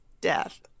death